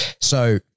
So-